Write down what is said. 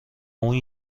اون